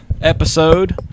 episode